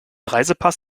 reisepass